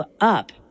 up